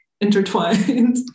intertwined